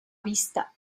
vista